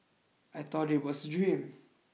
I thought it was a dream